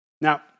Now